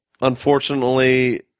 unfortunately